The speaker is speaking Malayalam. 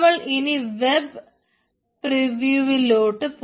നമ്മൾ ഇനി വെബ് പ്രിവ്യൂവിലോട്ട് web preview